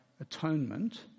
atonement